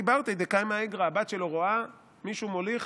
ברתיה דקיימא אאיגרא" הבת שלו רואה מישהו מוליך